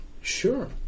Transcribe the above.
sure